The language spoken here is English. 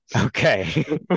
okay